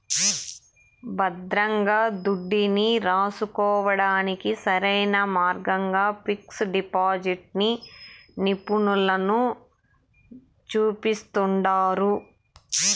భద్రంగా దుడ్డుని రాసుకోడానికి సరైన మార్గంగా పిక్సు డిపాజిటిని నిపునులు సూపిస్తండారు